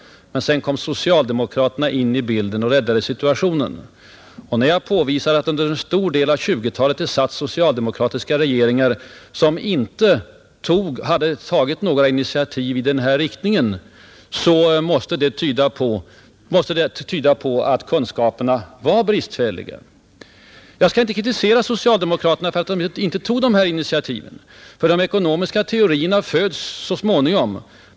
Men så kom socialdemokraterna in i bilden och räddade situationen, menade finansministern. Och när jag påvisade att det under en stor del av 1920-talet satt socialdemokratiska regeringar som inte tog några initiativ i den här riktningen så måste det tyda på att kunskaperna var bristfälliga. Jag skall inte kritisera socialdemokraterna för att de inte tog de här initiativen, för de ekonomiska teorierna föds så småningom.